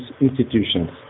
institutions